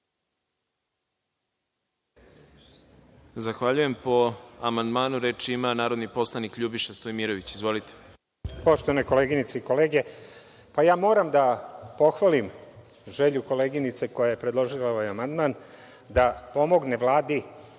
Zahvaljujem. Po amandmanu reč ima narodni poslanik LJubiša Stojmirović. Izvolite. **Ljubiša Stojmirović** Poštovane koleginice i kolege, moram da pohvalim želju koleginice koja je predložila ovaj amandman da pomogne Vladi